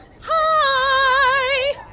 Hi